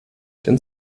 den